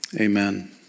Amen